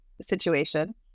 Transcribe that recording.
situation